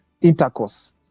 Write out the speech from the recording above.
intercourse